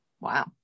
Wow